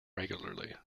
regularly